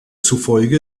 zufolge